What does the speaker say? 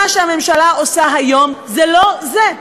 מה שהממשלה עושה היום זה לא זה.